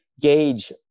gauge